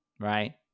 right